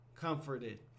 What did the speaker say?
comforted